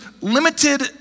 limited